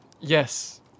Yes